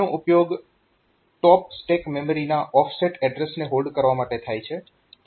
તેનો ઉપયોગ top stack મેમરીના ઓફસેટ એડ્રેસને હોલ્ડ કરવા માટે થાય છે